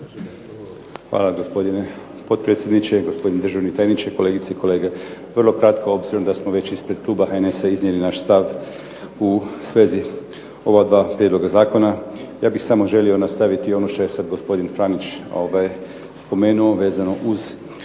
Hvala gospodine potpredsjedniče, državni tajniče, kolegice i kolege. Vrlo kratko, obzirom da smo već ispred Kluba HNS-a iznijeli naš stav u svezi ova dva prijedloga zakona, ja bih samo htio nastaviti ono što je gospodin Franić spomenuo uz druge